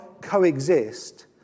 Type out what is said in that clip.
coexist